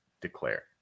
declare